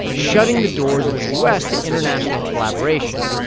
shutting the doors of the u s. to international collaboration,